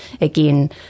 again